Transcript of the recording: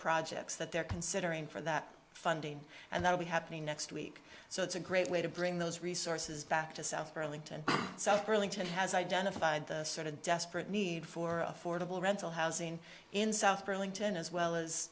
projects that they're considering for that funding and that we happening next week so it's a great way to bring those resources back to south burlington so early to has identified the sort of desperate need for affordable rental housing in south burlington as well as